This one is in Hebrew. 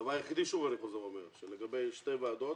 הדבר היחידי שעולה כאן זה שלגבי שתי ועדות,